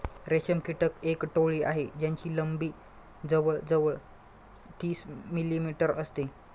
रेशम कीटक एक टोळ आहे ज्याची लंबी जवळ जवळ तीस मिलीमीटर असते